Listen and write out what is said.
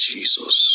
Jesus